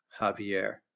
Javier